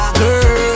girl